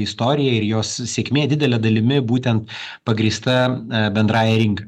istorija ir jos sėkmė didele dalimi būtent pagrįsta bendrąja rinka